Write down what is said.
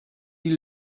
die